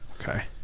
okay